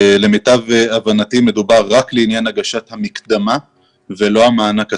למיטב הבנתי מדובר רק לעניין הגשת המקדמה ולא המענק עצמו.